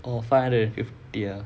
oh five hundred and fifty ah